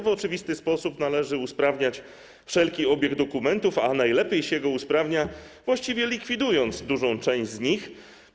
W oczywisty sposób należy usprawniać wszelki obieg dokumentów, a najlepiej się go usprawnia, właściwie likwidując dużą część z nich.